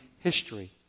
history